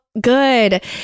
good